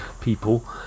people